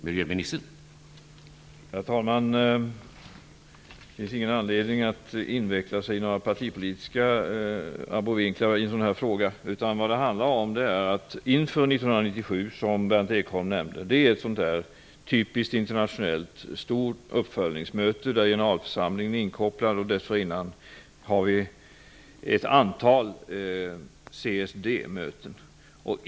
Herr talman! Det finns ingen anledning att inveckla sig i några partipolitiska abrovinkar i en sådan här fråga. Mötet 1997, som Berndt Ekholm nämnde, är ett typiskt internationellt stort uppföljningsmöte, där generalförsamlingen är inkopplad. Dessförinnan har vi ett antal CSD-möten.